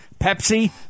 Pepsi